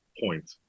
point